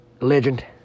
legend